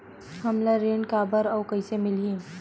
हमला ऋण काबर अउ कइसे मिलही?